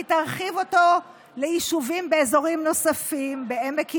היא תרחיב אותו ליישובים באזורים נוספים: בעמק עירון,